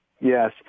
Yes